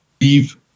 leave